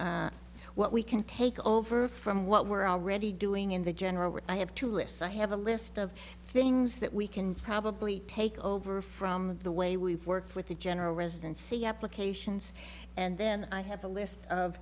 much what we can take over from what we're already doing in the general i have to listen i have a list of things that we can probably take over from the way we've worked with the general residency applications and then i have a list of